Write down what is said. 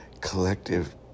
collective